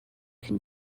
can